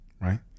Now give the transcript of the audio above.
right